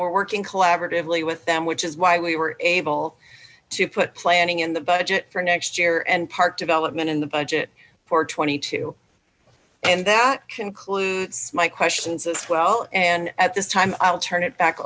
we're working collaboratively with them which is why we were able to put planning in the budget for next year and park development in the budget for twenty two and that concludes my questions as well and at this time i'll turn it back